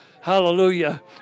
hallelujah